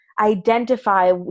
Identify